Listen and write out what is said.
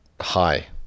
hi